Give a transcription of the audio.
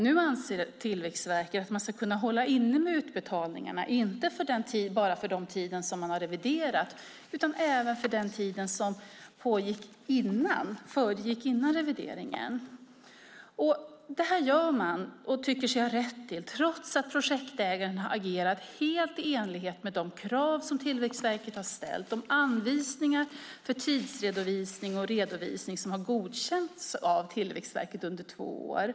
Nu anser Tillväxtverket att de ska kunna hålla inne med utbetalningarna inte bara för den tid som de har reviderat utan även för tiden före revideringen. Det anser man sig ha rätt att göra, trots att projektägaren agerat helt i enlighet med de krav som Tillväxtverket ställt, i enlighet med de anvisningar för tidsredovisning och annan redovisning som godkänts av Tillväxtverket under två år.